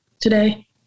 today